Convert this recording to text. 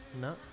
No